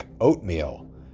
Oatmeal